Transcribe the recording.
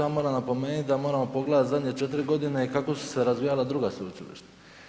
Ja moram napomenuti da moramo pogledati zadnje 3 godine kako su se razvijala druga sveučilišta.